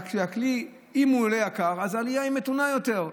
והכלי, אם הוא יקר, אז העלייה מתונה יותר.